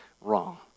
wrong